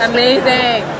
Amazing